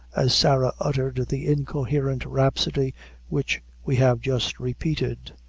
as sarah uttered the incoherent rhapsody which we have just repeated.